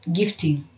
gifting